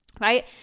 right